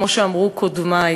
כמו שאמרו קודמי,